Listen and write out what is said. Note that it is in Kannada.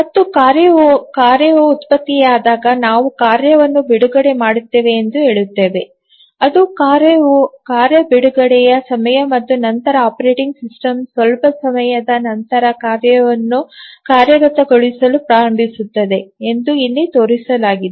ಮತ್ತು ಕಾರ್ಯವು ಉತ್ಪತ್ತಿಯಾದಾಗ ನಾವು ಕಾರ್ಯವನ್ನು ಬಿಡುಗಡೆ ಮಾಡುತ್ತೇವೆ ಎಂದು ಹೇಳುತ್ತೇವೆ ಅದು ಕಾರ್ಯ ಬಿಡುಗಡೆಯ ಸಮಯ ಮತ್ತು ನಂತರ ಆಪರೇಟಿಂಗ್ ಸಿಸ್ಟಮ್ ಸ್ವಲ್ಪ ಸಮಯದ ನಂತರ ಕಾರ್ಯವನ್ನು ಕಾರ್ಯಗತಗೊಳಿಸಲು ಪ್ರಾರಂಭಿಸುತ್ತದೆ ಎಂದು ಇಲ್ಲಿ ತೋರಿಸಲಾಗಿದೆ